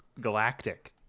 Galactic